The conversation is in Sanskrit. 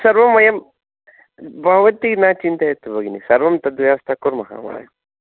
तत् सर्वं वयं भवति न चिन्तयतु भगिनी सर्वं तद्व्यवस्था कुर्मः वयं